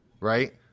right